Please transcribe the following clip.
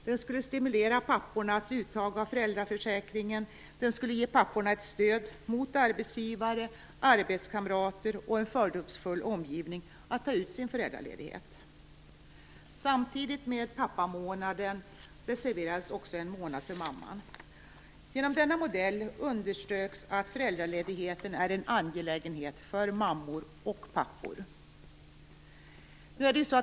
Den skulle stimulera pappornas uttag av föräldraförsäkringen, den skulle ge papporna ett stöd - mot arbetsgivare, arbetskamrater och en fördomsfull omgivning - att ta ut sin föräldraledighet. Samtidigt med pappamånaden reserverades också en månad för mamman. Genom denna modell underströks att föräldraledigheten är en angelägenhet för mammor och pappor.